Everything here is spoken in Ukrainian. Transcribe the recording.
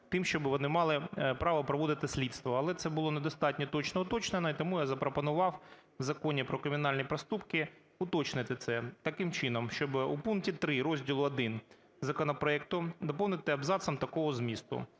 тим, щоб вони мали право проводити слідство, але це було недостатньо точно уточнено, і тому я запропонував в Законі про кримінальні проступки уточнити це таким чином, щоб у пункті 3 розділу І законопроектом доповнити абзацом такого змісту: